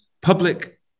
Public